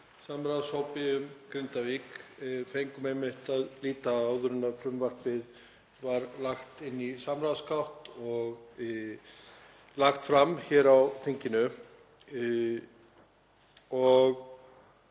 samráðshópi um Grindavík fengum einmitt að líta á áður en það var lagt inn í samráðsgátt og lagt fram hér á þingi.